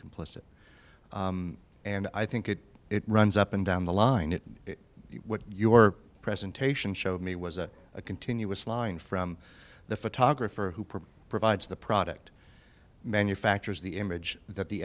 complicit and i think it it runs up and down the line it what your presentation showed me was a continuous line from the photographer who provides the product manufacturers the image that the